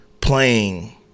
playing